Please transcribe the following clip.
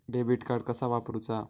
Debit card कसा वापरुचा?